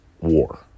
war